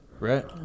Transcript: Right